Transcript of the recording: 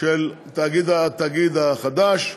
של התאגיד החדש,